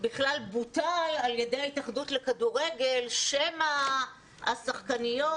בכלל בוטל על ידי ההתאחדות לכדורגל שמא השחקניות